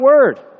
word